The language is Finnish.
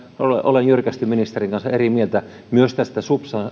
olen jyrkästi ministerin kanssa eri mieltä myös tästä